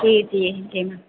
जी जी जी मैम